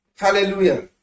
Hallelujah